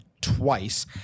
twice